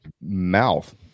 mouth